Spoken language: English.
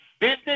business